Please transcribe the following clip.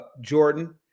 Jordan